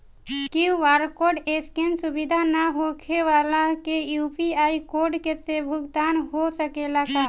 QR code scan सुविधा ना होखे वाला के यू.पी.आई कोड से भुगतान हो सकेला का?